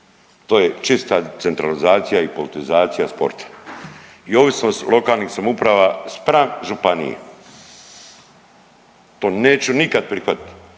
to je čista centralizacija i politizacija sporta i ovisnost lokalnih samouprava spram županija. To neću nikad prihvatiti.